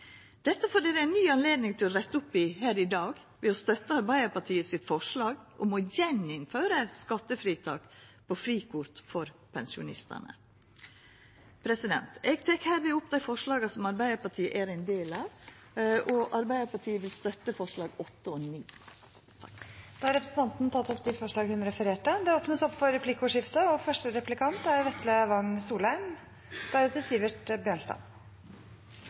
Dette får de ei ny anledning til å retta opp i her i dag ved å støtta forslaget frå Arbeidarpartiet om å gjeninnføra skattefritak for frikort for pensjonistane. Eg tek hermed opp dei forslaga som Arbeidarpartiet er ein del av. Arbeidarpartiet vil støtta forslaga nr. 8 og 9. Representanten Ingrid Heggø har tatt opp de forslagene hun refererte til. Det blir for replikkordskifte. Dette er det tredje budsjettet jeg er